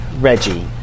Reggie